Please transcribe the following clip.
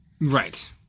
Right